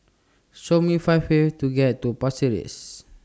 Show Me five ways to get to Paris